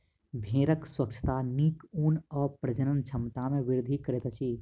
भेड़क स्वच्छता नीक ऊन आ प्रजनन क्षमता में वृद्धि करैत अछि